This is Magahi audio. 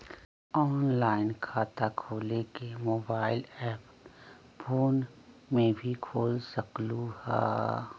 ऑनलाइन खाता खोले के मोबाइल ऐप फोन में भी खोल सकलहु ह?